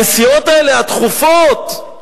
הנסיעות האלה, הדחופות.